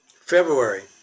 February